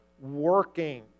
working